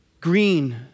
Green